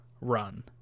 run